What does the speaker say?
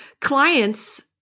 clients